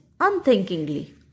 unthinkingly